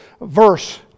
verse